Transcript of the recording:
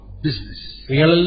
business